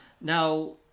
Now